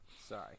Sorry